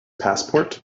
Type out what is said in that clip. passport